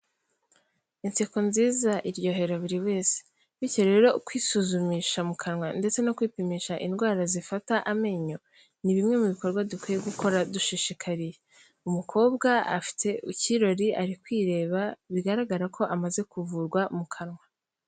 Inseko nziza iryohera buri wese, bityo rero ukwisuzumisha mu kanwa ndetse no kwipimisha indwara zifata amenyo, ni bimwe mu bikorwa dukwiye gukora dushishikariye, umukobwa afite icyirori ari kwireba, bigaragara ko amaze kuvurwa mu kanwa.